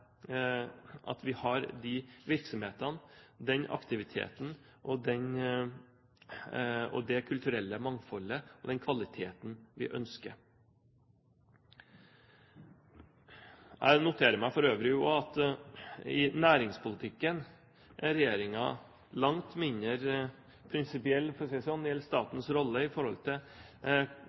de virksomhetene, den aktiviteten, det kulturelle mangfoldet og den kvaliteten vi ønsker. Jeg noterer meg for øvrig også at i næringspolitikken er regjeringen langt mindre prinsipiell, for å si det sånn, når det gjelder statens rolle med hensyn til